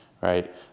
right